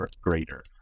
greater